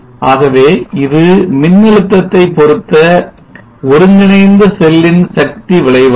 ஆகவே இது மின்னழுத்தத்தை பொருத்த ஒருங்கிணைந்த செல்லின் சக்தி வளைவாகும்